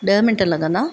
ॾह मिंट लॻंदा